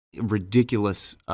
ridiculous